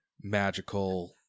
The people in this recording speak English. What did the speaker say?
magical